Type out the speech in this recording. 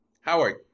Howard